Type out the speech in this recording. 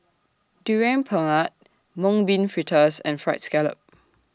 Durian Pengat Mung Bean Fritters and Fried Scallop